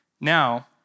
Now